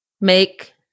make